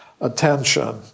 attention